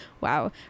Wow